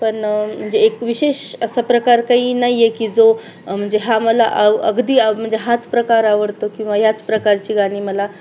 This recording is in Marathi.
पण म्हणजे एक विशेष असा प्रकार काही नाही आहे की जो म्हणजे हा मला आव अगदी आ म्हणजे हाच प्रकार आवडतो किंवा याच प्रकारची गाणी मला